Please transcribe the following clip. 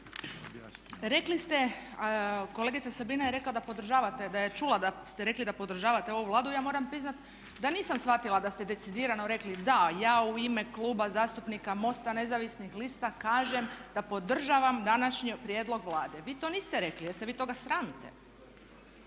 Rekli ste, kolegica Sabina je rekla da podržavate, da je čula da ste rekli da podržavate ovu Vladu ja moram priznat da nisam shvatila da ste decidirano rekli da ja u ime Kluba zastupnika MOST-a nezavisnih lista kažem da podržavam današnji prijedlog Vlade. Vi to niste rekli jer se vi toga sramite